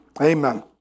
amen